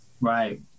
Right